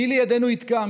מי לידנו יתקע,